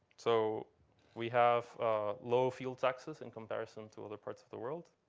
so we have low fuel taxes in comparison to other parts of the world